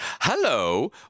Hello